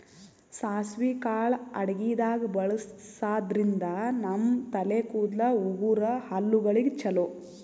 ಸಾಸ್ವಿ ಕಾಳ್ ಅಡಗಿದಾಗ್ ಬಳಸಾದ್ರಿನ್ದ ನಮ್ ತಲೆ ಕೂದಲ, ಉಗುರ್, ಹಲ್ಲಗಳಿಗ್ ಛಲೋ